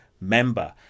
member